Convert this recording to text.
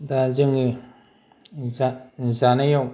दा जोङो जा जानायाव